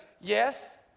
yes